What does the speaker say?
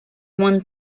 one